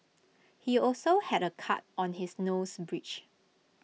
he also had A cut on his nose bridge